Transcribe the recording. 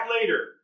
later